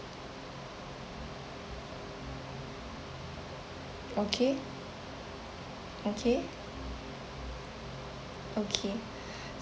okay okay okay